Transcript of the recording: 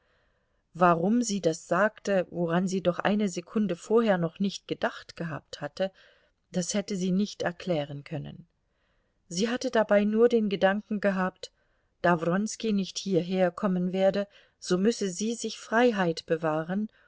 warum sie das sagte woran sie doch eine sekunde vorher noch nicht gedacht gehabt hatte das hätte sie nicht erklären können sie hatte dabei nur den gedanken gehabt da wronski nicht hierherkommen werde so müsse sie sich freiheit bewahren